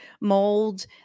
mold